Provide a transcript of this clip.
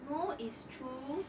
no it's true